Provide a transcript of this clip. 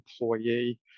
employee